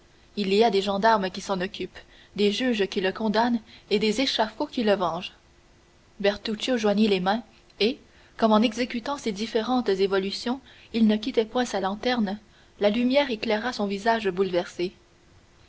il y a des gendarmes qui s'en occupent des juges qui le condamnent et des échafauds qui le vengent bertuccio joignit les mains et comme en exécutant ces différentes évolutions il ne quittait point sa lanterne la lumière éclaira son visage bouleversé